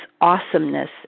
awesomeness